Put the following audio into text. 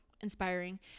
inspiring